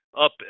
up